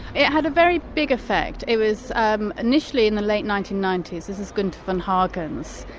it had a very big effect. it was um initially in the late nineteen ninety s, this is gunther von hagens,